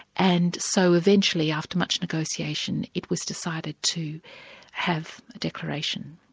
and so eventually after much negotiation, it was decided to have a declaration.